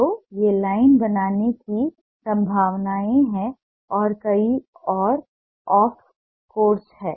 तो ये लाइन बनाने की संभावनाएं हैं और कई और ऑफ कोर्स हैं